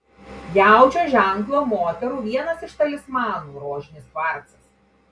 jaučio ženklo moterų vienas iš talismanų rožinis kvarcas